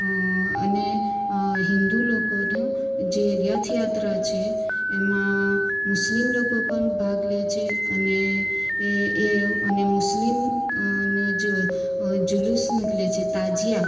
અને હિંદુ લોકોનો જે રથયાત્રા છે એમાં મુસ્લિમ લોકો પણ ભાગ લે છે અને એ અને મુસ્લિમ જૂલુસ નીકળે છે તાજીયા